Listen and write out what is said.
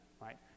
right